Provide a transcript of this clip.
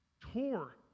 tore